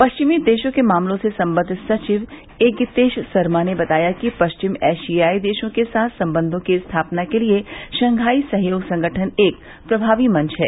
पश्चिमी देशों के मामलों से संबद्ध सचिव ए गितेश सरमा ने बताया कि पश्चिम एशियाई देशों के साथ संबयों की स्थापना के लिए शंघाई सहयोग संगठन एक प्रभावी मंच है